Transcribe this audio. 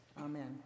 Amen